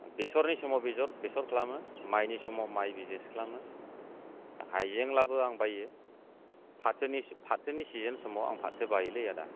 बेसरनि समाव बेसर खालामो माइनि समाव माइ बिजनेस खालामो हाइजेंब्लाबो आं बायो फाथोनि सिजोन समाव आं फाथो बायो लै आदा